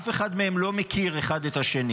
אף אחד מהם לא מכיר זה את זה.